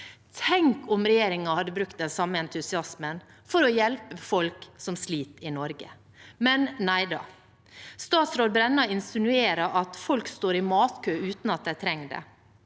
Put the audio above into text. Tenk om regjeringen hadde brukt den samme entusiasmen for å hjelpe folk som sliter i Norge. Men nei, da: Statsråd Brenna insinuerer at folk står i matkø uten at de trenger det,